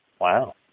Wow